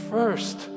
First